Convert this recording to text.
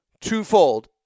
twofold